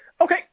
Okay